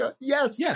Yes